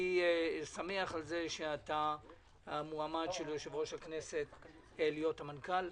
אני שמח על זה שאתה המועמד של יושב-ראש הכנסת להיות המנכ"ל.